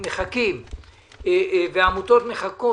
מחכים והעמותות מחכות,